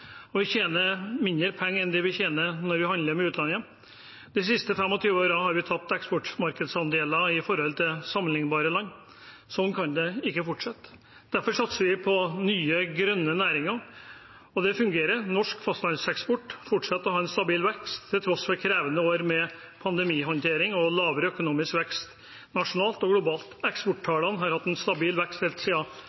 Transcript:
og vi tjener mindre penger enn det vi tjener når vi handler med utlandet. De siste 25 årene har vi tapt eksportmarkedsandeler sett i forhold til sammenlignbare land, og sånn kan det ikke fortsette. Derfor satser vi på nye, grønne næringer, og det fungerer. Norsk fastlandseksport fortsetter å ha en stabil vekst til tross for krevende år med pandemihåndtering og lavere økonomisk vekst nasjonalt og globalt.